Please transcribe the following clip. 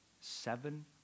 seven